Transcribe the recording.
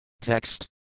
Text